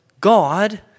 God